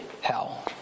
hell